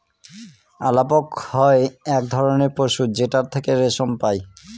আলাপক হয় এক ধরনের পশু যেটার থেকে রেশম পাই